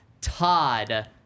todd